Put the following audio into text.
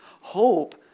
hope